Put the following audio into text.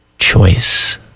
Choice